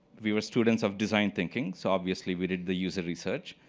we were students of design thinking, so obviously, we did the user research.